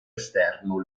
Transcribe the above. esterno